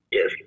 Yes